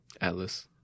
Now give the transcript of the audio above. Atlas